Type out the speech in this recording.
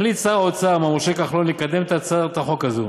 החליט שר האוצר מר משה כחלון לקדם את הצעת החוק הזאת,